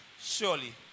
Surely